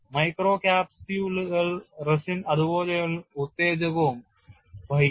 മൈക്രോകാപ്സ്യൂളുകൾ റെസിനും അതുപോലെ ഉത്തേജകവും വഹിക്കുന്നു